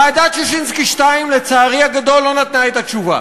ועדת ששינסקי 2, לצערי הגדול, לא נתנה את התשובה.